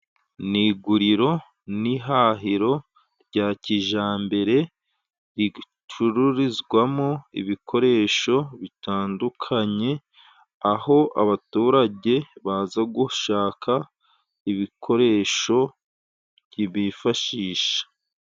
Ni iguriro n'ihahiro rya kijambere ricururizwamo ibikoresho bitandukanye. Aho abaturage baza gushaka ibikoresho bifashisha.